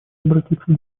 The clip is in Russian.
обратиться